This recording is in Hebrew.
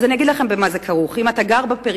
אז אני אגיד לכם במה זה כרוך: אם אתה גר בפריפריה,